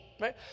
right